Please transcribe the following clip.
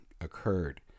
occurred